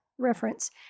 Reference